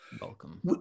welcome